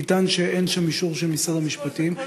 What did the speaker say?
נטען שאין שום אישור של משרד המשפטים.